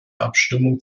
abstimmung